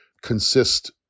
consist